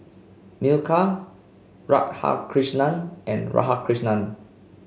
Milkha Radhakrishnan and Radhakrishnan